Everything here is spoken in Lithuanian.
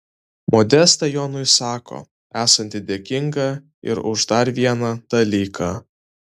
modesta jonui sako esanti dėkinga ir už dar vieną dalyką